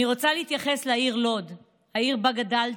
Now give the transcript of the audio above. אני רוצה להתייחס לעיר לוד, העיר שבה גדלתי,